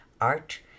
art